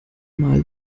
mal